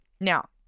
Now